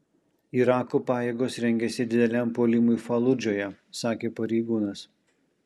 irako pajėgos rengiasi dideliam puolimui faludžoje sakė pareigūnas